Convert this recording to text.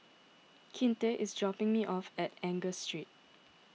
Kinte is dropping me off at Angus Street